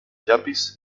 llapis